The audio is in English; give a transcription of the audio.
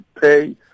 pay